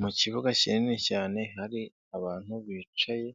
Mu kibuga kinini cyane hari abantu bicaye